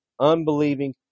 unbelieving